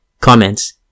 comments